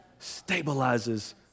stabilizes